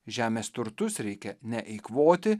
žemės turtus reikia ne eikvoti